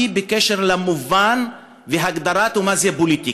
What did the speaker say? בקשר למובן ולהגדרה של מה זה פוליטיקה.